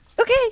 Okay